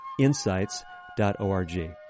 Insights.org